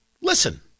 Listen